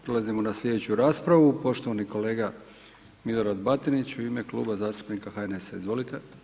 Prelazimo na slijedeću raspravu, poštovani kolega Milorad Batinić u ime Kluba zastupnika HNS-a, izvolite.